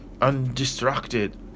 undistracted